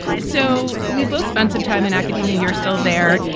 so we both spent some time in academia. you're still there.